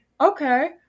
Okay